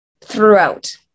throughout